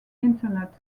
internet